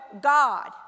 God